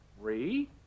three